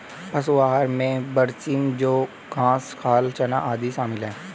पशु आहार में बरसीम जौं घास खाल चना आदि शामिल है